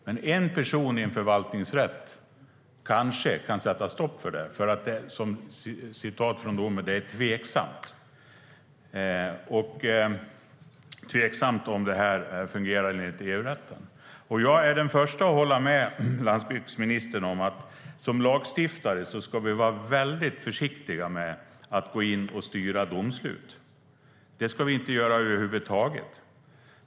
Men en person i en förvaltningsrätt kanske kan sätta stopp för det eftersom det står i domen att det är "tveksamt" om detta fungerar eller inte i EU-rätten. Jag är den förste att hålla med landsbygdsministern om att vi som lagstiftare ska vara väldigt försiktiga med att gå in och styra domslut; det ska vi inte göra över huvud taget.